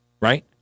Right